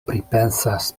pripensas